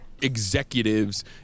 executives